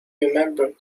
remembered